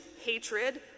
hatred